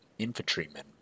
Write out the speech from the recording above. infantrymen